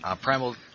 Primal